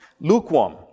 Lukewarm